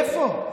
איפה?